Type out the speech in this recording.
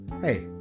Hey